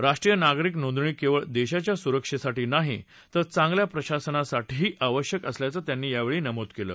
राष्ट्रीय नागरिक नोंदणी केवळ देशाच्या सुरक्षेसाठी नाही तर चांगल्या प्रशासनासाठीही आवश्यक असल्याचं त्यांनी यावेळी नमूद केलं